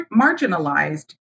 marginalized